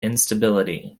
instability